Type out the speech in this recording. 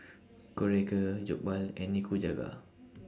Korokke Jokbal and Nikujaga